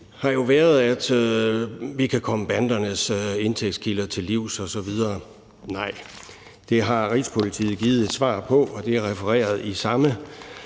har jo været, at vi kan komme bandernes indtægtskilder til livs osv. Nej, det har Rigspolitiet givet et svar på, og det er refereret i samme